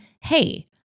hey